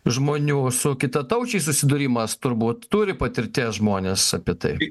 žmonių su kitataučiais susidūrimas turbūt turi patirties žmonės apie tai